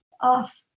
off